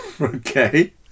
Okay